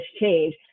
change